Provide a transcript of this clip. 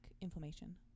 inflammation